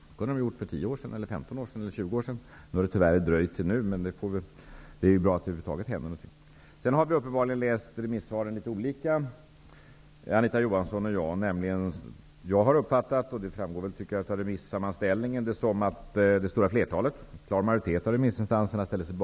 Det beslutet skulle de ha kunnat fatta för 10, 15 eller 20 år sedan. Det har tyvärr dröjt ända till nu, men det är bra att det över huvud taget händer något. Anita Johansson och jag har uppenbarligen tolkat remissvaren litet olika. Jag har nämligen uppfattat det som att en klar majoritet av remissinstanserna ställer sig bakom husläkartanken, vilket också framgår av remissammanställningen.